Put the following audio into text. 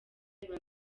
biba